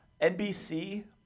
NBC